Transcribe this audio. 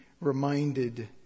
reminded